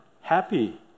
happy